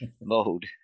mode